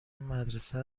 مدرسه